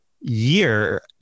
year